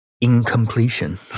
incompletion